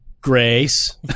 grace